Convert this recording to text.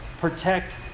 protect